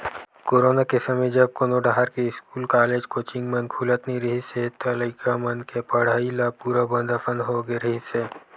corona के समे जब कोनो डाहर के इस्कूल, कॉलेज, कोचिंग मन खुलत नइ रिहिस हे त लइका मन के पड़हई ल पूरा बंद असन होगे रिहिस हे